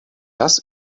das